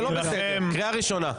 טור פז קריאה ראשונה.